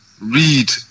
read